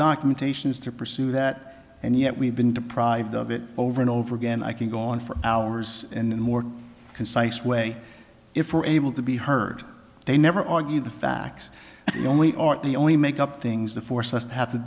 documentation is to pursue that and yet we've been deprived of it over and over again i can go on for hours and more concise way if we're able to be heard they never argue the facts only aren't the only make up things to force us to have to